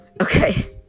okay